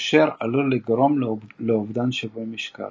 אשר עלול לגרום לאובדן שיווי משקל.